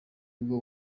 bwo